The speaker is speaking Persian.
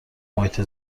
محیط